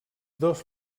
dos